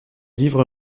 livre